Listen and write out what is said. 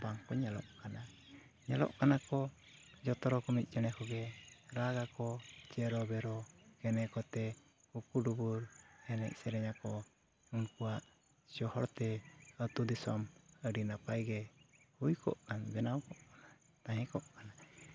ᱵᱟᱝᱠᱚ ᱧᱮᱞᱚᱜ ᱠᱟᱱᱟ ᱧᱮᱞᱚᱜ ᱠᱟᱱᱟ ᱠᱚ ᱡᱚᱛᱚ ᱨᱚᱠᱚᱢᱤᱡ ᱪᱮᱬᱮ ᱠᱚᱜᱮ ᱨᱟᱜᱽ ᱟᱠᱚ ᱪᱮᱨᱚᱼᱵᱮᱨᱚ ᱠᱮᱱᱮᱼᱠᱚᱛᱮ ᱠᱩᱠᱩᱼᱰᱩᱵᱩᱨ ᱮᱱᱮᱡᱼᱥᱮᱨᱮᱧ ᱟᱠᱚ ᱩᱱᱠᱩᱣᱟᱜ ᱡᱚᱦᱚᱲ ᱛᱮ ᱟᱛᱳᱼᱫᱤᱥᱚᱢ ᱟᱹᱰᱤ ᱱᱟᱯᱟᱭ ᱜᱮ ᱦᱩᱭ ᱠᱚᱜ ᱠᱟᱱ ᱵᱮᱱᱟᱣ ᱠᱚᱜ ᱠᱟᱱ ᱛᱟᱦᱮᱸ ᱠᱚᱜ ᱠᱟᱱᱟ